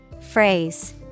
Phrase